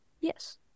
Yes